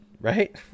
right